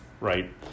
right